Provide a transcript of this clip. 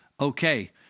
okay